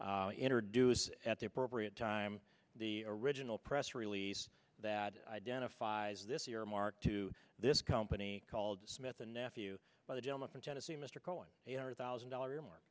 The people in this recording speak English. introduce at the appropriate time the original press release that identifies this earmark to this company called smith and nephew by the gentleman from tennessee mr cohen eight hundred thousand dollar